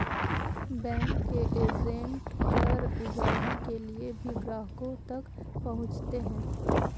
bank के agent कर उगाही के लिए भी ग्राहकों तक पहुंचते हैं